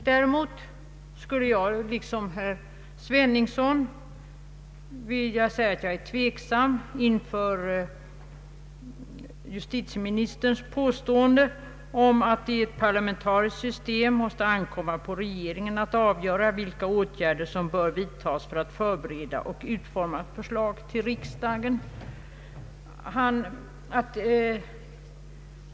Däremot vill jag liksom herr Sveningsson ställa mig tveksam inför justitieministerns påstående om att i ett parlamentariskt system det måste ankomma på regeringen att avgöra vilka åtgärder som bör vidtas för att förbereda och utforma förslag till riksdagen.